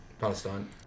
Palestine